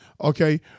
Okay